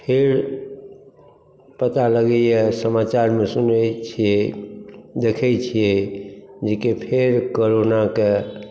फेर पता लगैया समाचारमे सुनै छियै देखै छियै जे कि फेर करोनाके